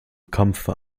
kampfe